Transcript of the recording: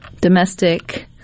domestic